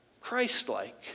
Christ-like